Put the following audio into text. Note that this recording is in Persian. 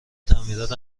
تعمیرات